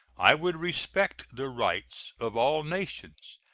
i would respect the rights of all nations,